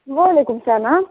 وعلیکُم اسَلام